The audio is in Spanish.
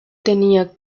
tenía